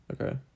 okay